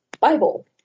Bible